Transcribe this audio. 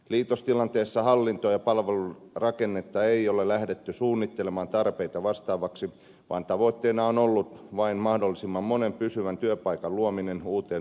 liitostilanteessa hallinto ja palvelurakennetta ei ole lähdetty suunnittelemaan tarpeita vastaavaksi vaan tavoitteena on ollut vain mahdollisimman monen pysyvän työpaikan luominen uuteen organisaatioon